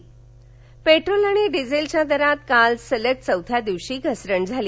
इंधन दर पेट्रोल आणि डिझेलच्या दरात काल सलग चौथ्या दिवशी घसरण झाली